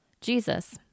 Jesus